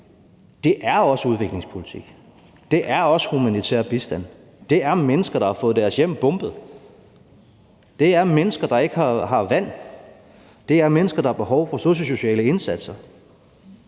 at det også er udviklingspolitik, og at det også er humanitær bistand. Det er mennesker, der har fået deres hjem bombet; det er mennesker, der ikke har vand; det er mennesker, der har behov for sundheds- og sociale indsatser.